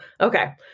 Okay